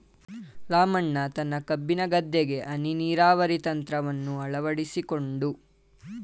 ರಾಮಣ್ಣ ತನ್ನ ಕಬ್ಬಿನ ಗದ್ದೆಗೆ ಹನಿ ನೀರಾವರಿ ತಂತ್ರವನ್ನು ಅಳವಡಿಸಿಕೊಂಡು